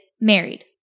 married